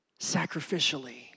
sacrificially